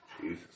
Jesus